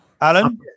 alan